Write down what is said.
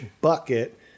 bucket